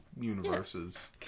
universes